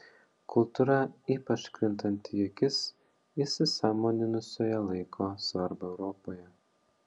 kultūra ypač krintanti į akis įsisąmoninusioje laiko svarbą europoje